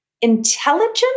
intelligent